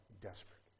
desperate